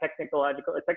technological